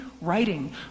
writing